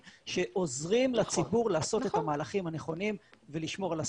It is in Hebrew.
שעוזרים לציבור לעשות את המהלכים הנכונים ולשמור על הסביבה.